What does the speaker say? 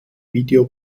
video